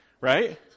right